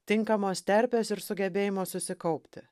tinkamos terpės ir sugebėjimo susikaupti